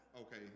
Okay